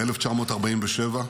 ב-1947.